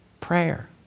Prayer